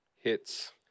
hits